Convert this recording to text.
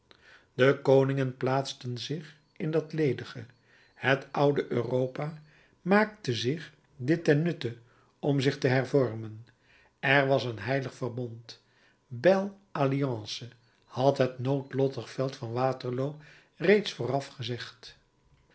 de koningen plaatsten zich in dat ledige het oude europa maakte zich dit ten nutte om zich te hervormen er was een heilig verbond belle alliance had het noodlottig veld van waterloo reeds vooraf gezegd